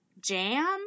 jam